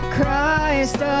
Christ